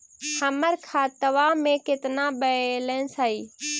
हमर खतबा में केतना बैलेंस हई?